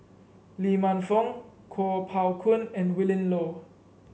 Lee Man Fong Kuo Pao Kun and Willin Low